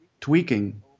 tweaking